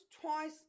twice